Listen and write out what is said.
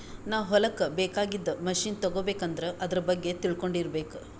ನಾವ್ ಹೊಲಕ್ಕ್ ಬೇಕಾಗಿದ್ದ್ ಮಷಿನ್ ತಗೋಬೇಕ್ ಅಂದ್ರ ಆದ್ರ ಬಗ್ಗೆ ತಿಳ್ಕೊಂಡಿರ್ಬೇಕ್